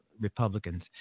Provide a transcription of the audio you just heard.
Republicans